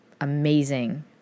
amazing